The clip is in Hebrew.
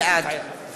בעד